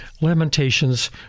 Lamentations